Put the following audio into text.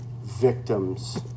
victims